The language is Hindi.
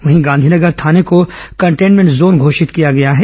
वहीं गांधी नगर थाने को कंटेनमेंट जोन घोषित किया गया है